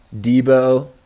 Debo